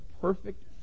perfect